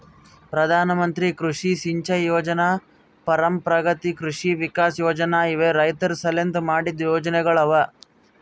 ಪ್ರಧಾನ ಮಂತ್ರಿ ಕೃಷಿ ಸಿಂಚೈ ಯೊಜನೆ, ಪರಂಪ್ರಗತಿ ಕೃಷಿ ವಿಕಾಸ್ ಯೊಜನೆ ಇವು ರೈತುರ್ ಸಲೆಂದ್ ಮಾಡಿದ್ದು ಯೊಜನೆಗೊಳ್ ಅವಾ